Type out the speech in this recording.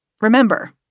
remember